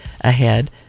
ahead